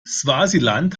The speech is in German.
swasiland